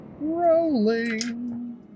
Rolling